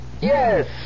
Yes